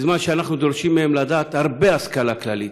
בזמן שאנחנו דורשים מהם לדעת הרבה השכלה כללית,